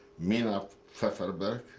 mina pfefferberg,